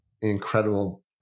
incredible